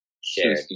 shared